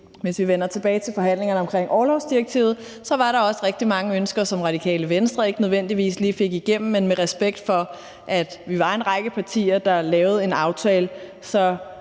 hvis vi vender tilbage til forhandlingerne om orlovsdirektivet, var der også rigtig mange ønsker, som Radikale Venstre ikke nødvendigvis lige fik igennem. Men vi var en række partier, der lavede en aftale, og